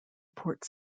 port